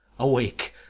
awake,